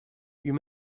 you